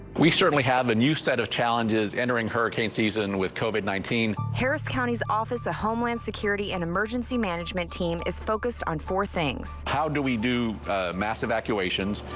we certainly have a new set of challenges in during hurricane season with covid nineteen harris county's office of homeland security and emergency management team is focused on four things how do we do a mass evacuations.